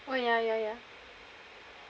oh ya ya ya